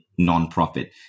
nonprofit